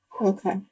Okay